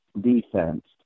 defense